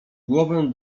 głowę